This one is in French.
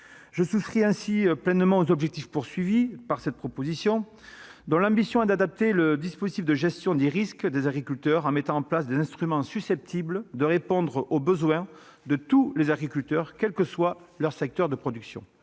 Je souscris ainsi pleinement aux objectifs fixés par les auteurs de cette proposition de résolution, dont l'ambition est d'adapter le dispositif de gestion des risques des agriculteurs en mettant en place des instruments susceptibles de répondre aux besoins de tous les agriculteurs, quel que soit leur secteur de production.